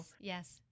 yes